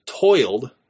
toiled